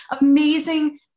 amazing